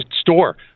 store